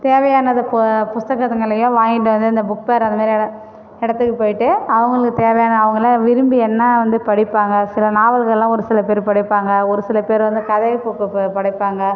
தேவையானது புஸ்தகங்களை வாங்கிட்டு வந்து இந்த புக் ஃபேர் அந்தமாதிரி இடத்துக்கு போயிட்டு அவங்களுக்கு தேவையான அவங்களாக விரும்பி என்ன வந்து படிப்பாங்க சில நாவல்கள்லாம் ஒரு சில பேர் படிப்பாங்க ஒரு சில பேர் வந்து கதை புக் படிப்பாங்க